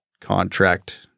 contract